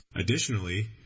Additionally